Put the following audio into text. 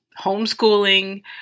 homeschooling